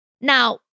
Now